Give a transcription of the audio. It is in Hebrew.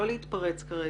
לא להתפרץ ראובן,